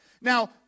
Now